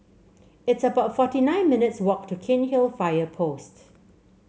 it's about forty nine minutes' walk to Cairnhill Fire Post